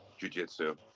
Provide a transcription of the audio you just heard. jujitsu